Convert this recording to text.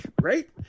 right